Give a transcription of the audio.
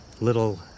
little